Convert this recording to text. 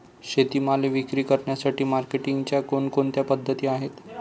शेतीमाल विक्री करण्यासाठी मार्केटिंगच्या कोणकोणत्या पद्धती आहेत?